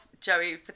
Joey